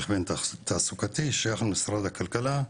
על הכוון תעסוקתי ששייך למשרד הכלכלה,